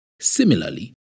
Similarly